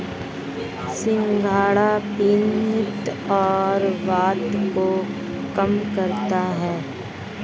सिंघाड़ा पित्त और वात को कम करता है